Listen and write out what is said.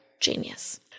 Genius